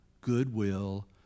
goodwill